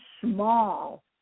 small